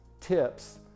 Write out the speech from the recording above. tips